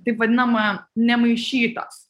taip vadinama nemaišytos